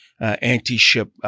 anti-ship